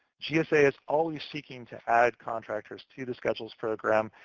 gsa is always seeking to add contractors to the schedules program.